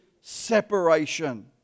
separation